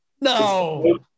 No